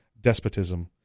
despotism